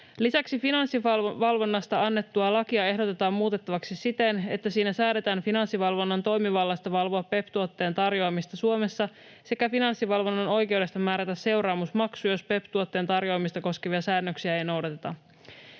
Lisäksi Finanssivalvonnasta annettua lakia ehdotetaan muutettavaksi siten, että siinä säädetään Finanssivalvonnan toimivallasta valvoa PEPP-tuotteen tarjoamista Suomessa sekä Finanssivalvonnan oikeudesta määrätä seuraamusmaksu, jos PEPP-tuotteen tarjoamista koskevia säännöksiä ei noudateta.